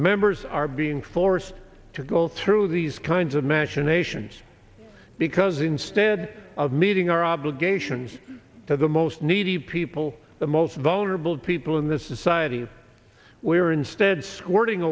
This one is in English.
members are being forced to go through these kinds of machinations because instead of meeting our obligations to the most needy people the most vulnerable people in this society we're instead squirting